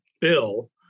bill